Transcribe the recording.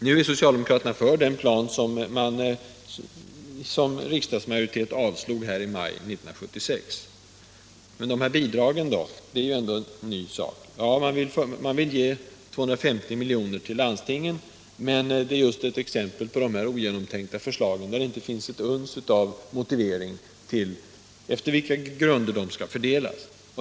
Nu är socialdemokraterna för den plan som de själva avslog i maj 1976. Men bidragen då, de är väl ändå något nytt? Ja, man vill ge 250 milj.kr. till landstingen, men det är just ett ogenomtänkt förslag. Man talar inte om efter vilka grunder pengarna skall fördelas.